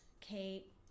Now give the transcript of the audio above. Kate